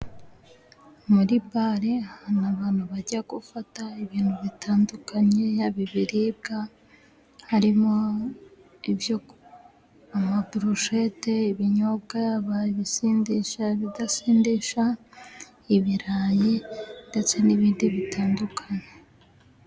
Muri bare ahantu abantu bajya gufata ibintu bitandukanye yaba ibiribwa harimo ibyo amaburushete, ibinyobwa yaba ibisindisha, ibidasindisha, ibirayi ndetse n'ibindi bitandukanye.